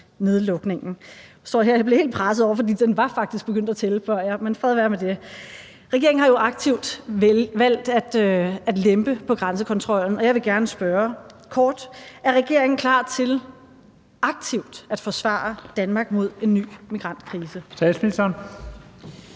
coronanedlukningen. Jeg står og bliver helt presset, for uret var faktisk begyndt at tælle før. Fred være med det. Regeringen har jo aktivt valgt at lempe på grænsekontrollen, og jeg vil gerne spørge kort: Er regeringen klar til aktivt at forsvare Danmark mod en ny migrantkrise?